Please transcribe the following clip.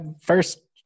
first